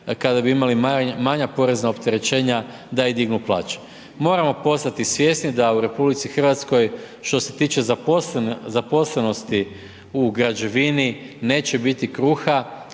kada bi imali mala porezna opterećenja da i dignu plaće. Moramo postati svjesni da u RH što se tiče zaposlenosti u građevini neće biti kruha